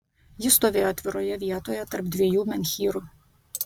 ji stovėjo atviroje vietoje tarp dviejų menhyrų